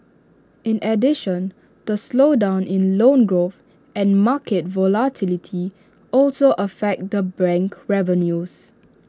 in addition the slowdown in loan growth and market volatility also affect the bank revenues